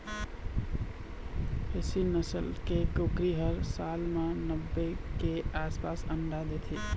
एसील नसल के कुकरी ह साल म नब्बे के आसपास अंडा देथे